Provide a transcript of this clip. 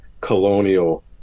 colonial